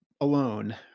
alone